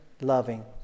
loving